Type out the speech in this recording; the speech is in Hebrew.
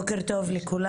בוקר טוב לכולם,